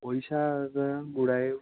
ପଇସା ବା ଗୁଡ଼ାଏ ଅଛି